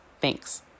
Thanks